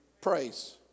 praise